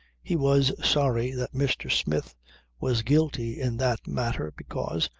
he was sorry that mr. smith was guilty in that matter because,